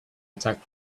attack